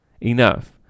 enough